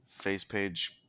facepage